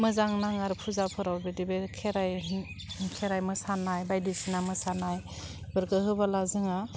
मोजां नाङो आरो फुजाफोराव बिदि बे खेराइ खेराइ मोसानाय बायदिसिना मोसानायफोरखौ होबोला जोंहा